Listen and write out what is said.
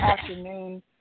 afternoon